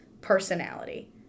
personality